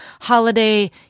holiday